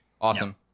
Awesome